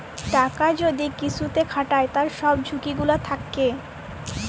টাকা যদি কিসুতে খাটায় তার সব ঝুকি গুলা থাক্যে